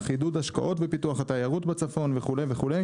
עידוד השקעות בפיתוח התיירות בצפון וכו' וכו'.